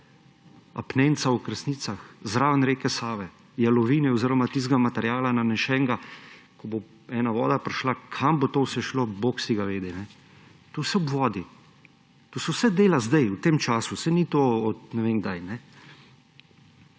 Apnenca v Kresnicah, zraven reke Save, jalovine oziroma tistega materiala nanešenega, ko bo ena voda prišla, kam bo to vse šlo, bog si ga vedi. To je vse ob vodi. To se vse dela sedaj v tem času. Saj ni to od ne vem kdaj.